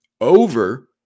over